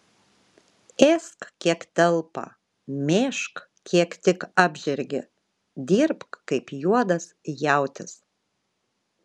ėsk kiek telpa mėžk kiek tik apžergi dirbk kaip juodas jautis